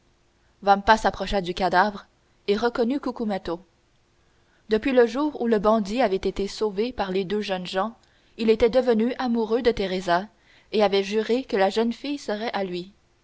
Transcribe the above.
menaçants vampa s'approcha du cadavre et reconnut cucumetto depuis le jour où le bandit avait été sauvé par les deux jeunes gens il était devenu amoureux de teresa et avait juré que la jeune fille serait à lui